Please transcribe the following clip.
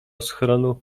schronu